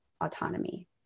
autonomy